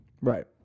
Right